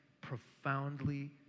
profoundly